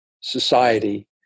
society